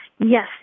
Yes